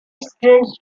students